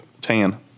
Tan